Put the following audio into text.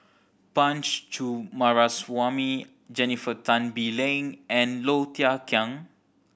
Punch Coomaraswamy Jennifer Tan Bee Leng and Low Thia Khiang